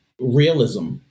realism